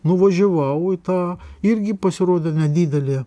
nuvažiavau į tą irgi pasirodė nedidelė